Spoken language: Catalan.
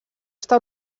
està